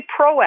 proactive